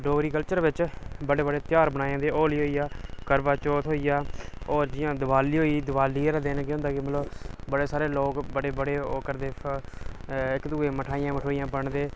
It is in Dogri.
डोगरी कल्चर बिच्च बड़े बड़े धेयार मनाए जंदे होली होई गेआ करवाचौथ होई गेआ होर जियां दिवाली होई गेई दिवाली आह्ले दिन केह् होंदा ऐ कि मतलब बड़े सारे लोग बड़े बड़े ओह् करदे इक दुए गी मठाइयां मुठिइयां बंडदे